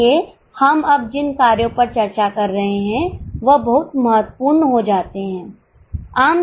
इसलिए हम अब जिन कार्यों पर चर्चा कर रहे हैं वह बहुत महत्वपूर्ण हो जाते हैं